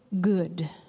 good